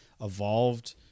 evolved